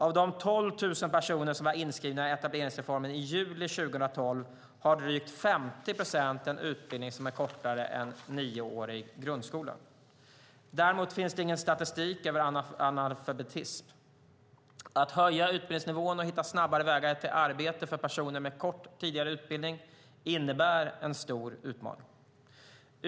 Av de 12 000 personer som var inskrivna i etableringsreformen i juli 2012 har drygt 50 procent en utbildning som är kortare än nioårig grundskola. Däremot finns det ingen statistik över analfabetism. Att höja utbildningsnivån och hitta snabbare vägar till arbete för personer med kort tidigare utbildning innebär en stor utmaning.